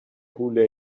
حوله